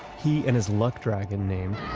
he and is luckdragon named,